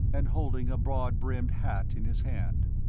and holding a broad-brimmed hat in his hand.